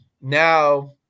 now